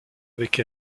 avec